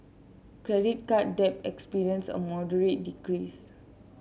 credit card debt experienced a moderate decrease